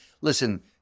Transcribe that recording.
listen